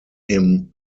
him